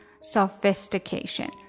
Sophistication